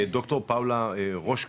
דוקטור פאולה רושקה,